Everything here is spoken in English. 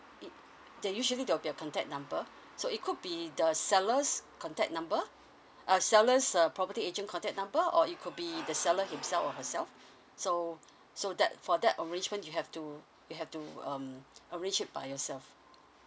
it they usually there will be a contact number so it could be the seller's contact number uh sellers uh property agent contact number or it could be the seller himself or herself so so that for that arrangement you have to you have to you um arrange it by yourself